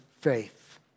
faith